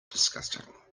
disgusting